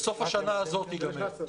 בסוף השנה הזאת זה יגמר.